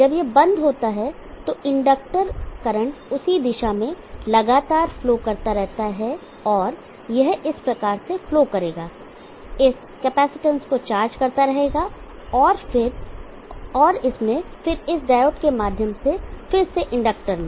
जब यह बंद होता है तो इंडक्टर करंट उसी दिशा में लगातार फ्लो करता रहता है और यह इस प्रकार से फ्लो करेगा इस कैपेसिटेंस को चार्ज करता रहेगा और इसमें फिर इस डायोड के माध्यम से फिर से इंडक्टर में